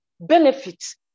benefits